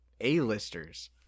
A-listers